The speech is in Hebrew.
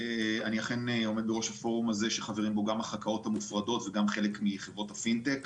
בדו"ח המשופר של המ"מ